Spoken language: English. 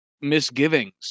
misgivings